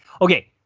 okay